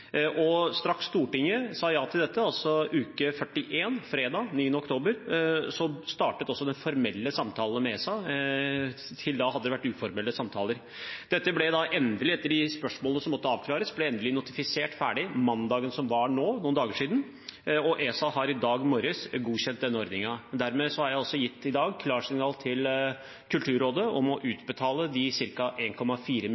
og straks Stortinget sa ja til dette, altså i uke 41, fredag 9. oktober, startet også de formelle samtalene med ESA. Til da hadde det vært uformelle samtaler. Etter de spørsmålene som måtte avklares, ble dette endelig notifisert ferdig mandagen som var – for noen dager siden – og ESA har i dag morges godkjent denne ordningen. Dermed har jeg i dag gitt klarsignal til Kulturrådet om å